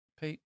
Pete